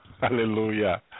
Hallelujah